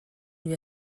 lui